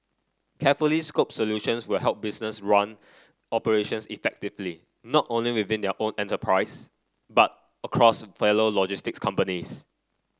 carefully scoped solutions will help businesses run operations effectively not only within their own enterprise but across fellow logistics companies